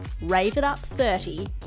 RAVEITUP30